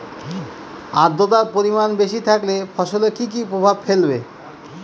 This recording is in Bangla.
আদ্রর্তার পরিমান বেশি থাকলে ফসলে কি কি প্রভাব ফেলবে?